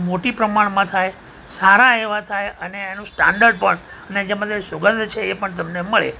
મોટી પ્રમાણમાં થાય સારા એવા થાય અને એનું સ્ટાન્ડડ પણ અને જે મતલબ સુગંધ છે એ પણ તમને મળે